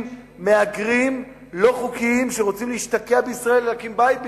מהגרים לא חוקיים שרוצים להשתקע בישראל ולהקים בית בישראל.